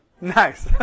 Nice